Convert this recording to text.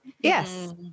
Yes